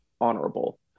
honorable